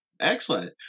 Excellent